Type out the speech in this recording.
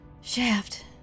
Shaft